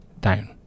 down